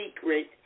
secret